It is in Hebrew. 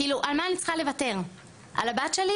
כאילו על מה אני צריכה לוותר על הבת שלי